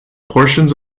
portions